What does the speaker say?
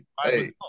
hey